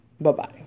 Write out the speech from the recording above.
Bye-bye